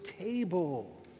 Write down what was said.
table